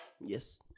Yes